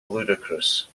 ludicrous